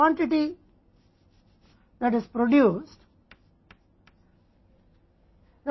हमारे पास Q भी है जो कि उत्पन्न होने वाली मात्रा है